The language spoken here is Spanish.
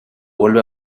vuelva